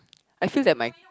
I feel that my